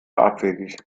abwegig